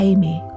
Amy